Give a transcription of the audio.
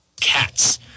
cats